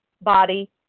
body